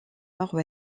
nord